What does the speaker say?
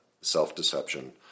self-deception